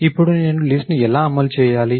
ఇప్పుడు నేను లిస్ట్ ను ఎలా అమలు చేయాలి